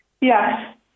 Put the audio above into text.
Yes